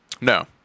No